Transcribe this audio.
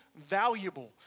valuable